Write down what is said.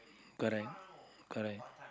correct correct